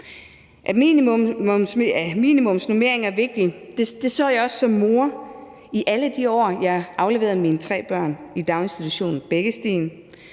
minimumsnormeringer er vigtige, så jeg også som mor i alle de år, jeg afleverede mine tre børn i daginstitutionen Bækkestien.